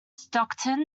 stockton